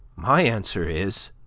my answer is,